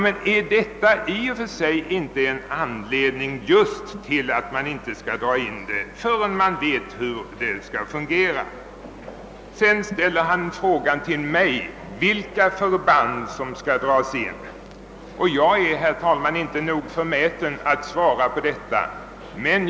Men är inte detta i och för sig en anledning till att inte dra in förbandet förrän man vet hur det skall fungera? Han frågade mig sedan vilka förband som skall dras in men, herr talman, jag är inte nog förmäten att tro mig kunna svara.